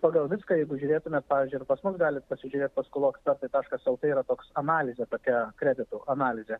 pagal viską jeigu žiūrėtumėt pavyzdžiui ir pas mus galit pasižiūrėt paskolų ekspertai taškas el tė yra toks analizė tokia kreditų analizė